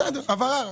זוהי רק הבהרה.